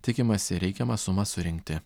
tikimasi reikiamą sumą surinkti